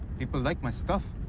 people like my stuff.